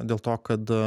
dėl to kad